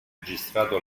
registrato